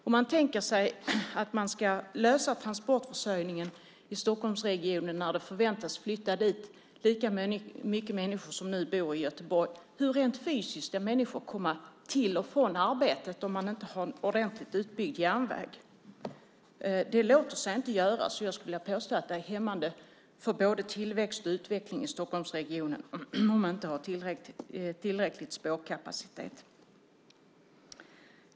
Om man tänker sig att lösa transportförsörjningen i Stockholmsregionen när det förväntas flytta dit lika många människor som det nu bor i Göteborg, hur ska människor rent fysiskt komma till och från arbetet om man inte har en ordentligt utbyggd järnväg? Det låter sig inte göras. Jag vill påstå att det är hämmande för både tillväxt och utveckling i Stockholmsregionen om man inte har tillräcklig spårkapacitet.